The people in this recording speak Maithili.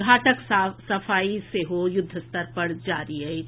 घाटक सफाई सेहो युद्धस्तर पर जारी अछि